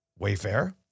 Wayfair